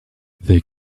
they